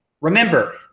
Remember